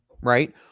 Right